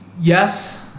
Yes